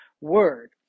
word